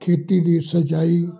ਖੇਤੀ ਦੀ ਸਿੰਜਾਈ